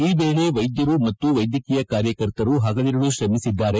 ಈ ವೇಳೆ ವೈದ್ಯರು ಮತ್ತು ವೈದ್ಯಕೀಯ ಕಾರ್ಯಕರ್ತರು ಪಗಲಿರುಳು ಶ್ರಮಿಸಿದ್ದಾರೆ